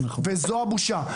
וזו בושה.